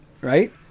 right